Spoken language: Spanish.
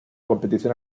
competición